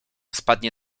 spadnie